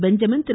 Benjamin Thiru